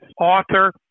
author